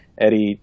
Eddie